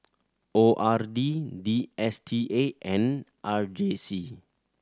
O R D D S T A and R J C